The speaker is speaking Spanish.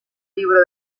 libro